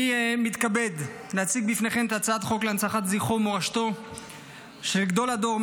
אני מתכבד להציג בפניכם את הצעת חוק להנצחת זכרו ומורשתו של גדול הדור,